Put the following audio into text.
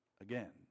Again